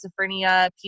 schizophrenia